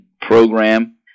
program